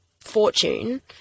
fortune